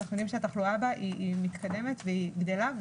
אנחנו יודעים שהתחלואה בה היא מתקדמת והיא גדלה.